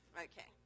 Okay